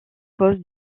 cause